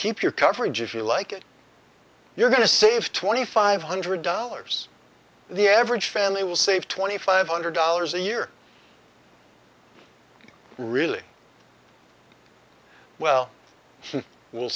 keep your coverage if you like it you're going to save twenty five hundred dollars the average family will save twenty five hundred dollars a year really well